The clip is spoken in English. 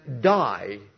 die